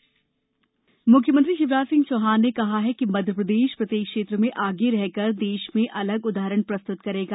शिवराज आत्मनिर्भर मुख्यमंत्री शिवराज सिंह चौहान ने कहा है कि मध्यप्रदेश प्रत्येक क्षेत्र में आगे रहकर देश में अलग उदाहरण प्रस्तुत करेगा